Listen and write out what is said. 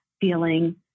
feeling